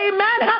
Amen